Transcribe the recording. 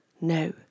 No